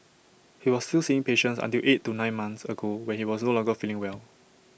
he was still seeing patients until eight to nine months ago when he was no longer feeling well